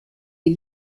les